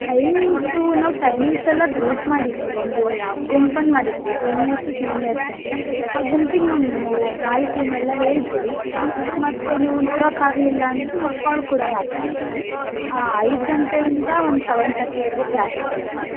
timings ನಾವು timings ಎಲ್ಲ group ಮಾಡಿರ್ತೀವಿ ಒಂದು ಗುಂಪನ್ನು ಮಾಡಿರ್ತೀವಿ ಜೂನಿಯರ್ಸ್ ಸೀನಿಯರ್ಸ್ ಅಂತ ಆ ಗುಂಪಿಗೆ ನಾವು ಮಾಹಿತೀನೆಲ್ಲ ಹೇಳ್ತೀವಿ ಅಕಸ್ಮಾತ್ ನೀವು ನೋಡಕ್ಕೆ ಆಗಲಿಲ್ಲ ಅಂದರೆ ನಾವು ಕಾಲ್ ಕೂಡ ಮಾಡ್ತೀವಿ ನಿಮಗೆ ಐದು ಗಂಟೆಯಿಂದ ಒಂದು ಸವೆನ್ ತರ್ಟಿವರೆಗೂ ಕ್ಲಾಸಸ್ ಇರತ್ತೆ